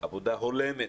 עבודה הולמת,